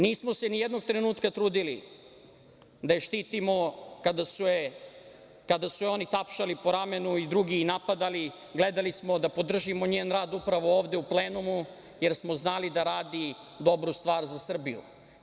Nismo se ni jednog trenutka trudili da je štitimo kada su je oni tapšali po ramenu i drugi je napadali, gledali smo da podržimo njen rad upravo ovde u plenumu, jer smo znali da radi dobru stvar za Srbiju.